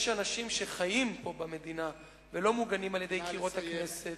יש אנשים שחיים פה במדינה ולא מוגנים על- ידי קירות הכנסת,